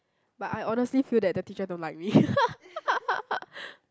but I honestly feel that the teacher don't like me